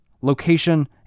Location